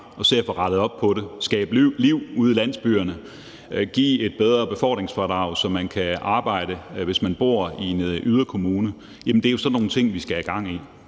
og se at få rettet op på det – skabe liv ude i landsbyerne, give et bedre befordringsfradrag, så man kan arbejde, hvis man bor i en yderkommune? Jamen det er jo sådan nogle ting, vi skal have gang i.